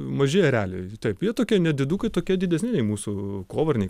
maži ereliai taip jie tokie nedidukai tokie didesni nei mūsų kovarniai